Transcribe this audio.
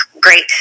great